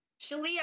Shalia